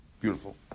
Beautiful